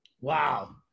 Wow